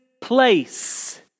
place